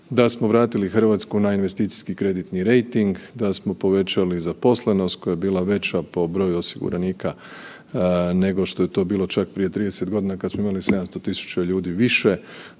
da smo vratili Hrvatsku na investicijski kreditni rejting, da smo povećali zaposlenost koja je bila veća po broju osiguranika nego što je to bilo čak prije 30 godina kad smo imali 700.000 ljudi više,